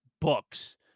books